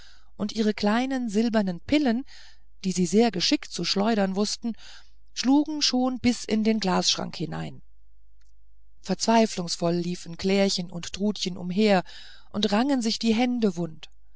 und ihre kleinen silbernen pillen die sie sehr geschickt zu schleudern wußten schlugen schon bis in den glasschrank hinein verzweiflungsvoll liefen klärchen und trutchen umher und rangen sich die händchen wund